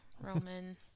Roman